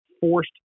forced